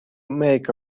make